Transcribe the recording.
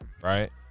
right